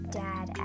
dad